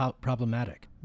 problematic